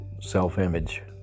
self-image